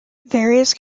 various